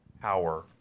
power